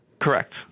Correct